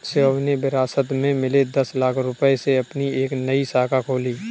शिवम ने विरासत में मिले दस लाख रूपए से अपनी एक नई शाखा खोली